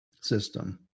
system